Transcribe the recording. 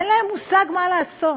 אין להם מושג מה לעשות.